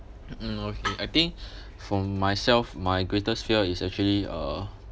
mm okay I think for myself my greatest fear is actually uh